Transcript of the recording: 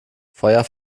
feuer